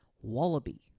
Wallaby